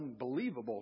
unbelievable